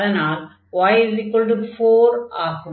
அதனால் y4 ஆகும்